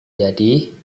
jadi